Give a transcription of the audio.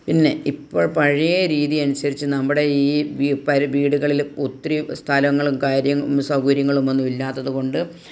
പിന്നെ ഇപ്പോൾ പഴയ രീതിയനുസരിച്ച് നമ്മുടെ ഈ പ വീടുകളിലും ഒത്തിരി സ്ഥലങ്ങളും കാര്യ സൗകര്യങ്ങളും ഒന്നും ഇല്ലാത്തതുകൊണ്ട്